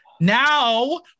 Now